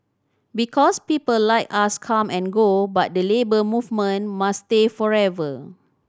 because people like us come and go but the Labour Movement must stay forever